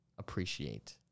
appreciate